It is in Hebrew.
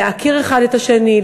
להכיר האחד את השני,